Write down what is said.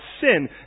sin